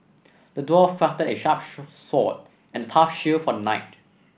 the dwarf crafted a sharp sword and a tough shield for the knight